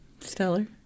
Stellar